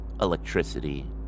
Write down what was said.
electricity